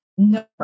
No